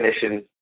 definition